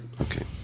Okay